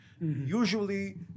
Usually